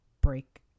break